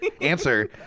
answer